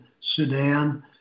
Sudan